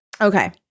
okay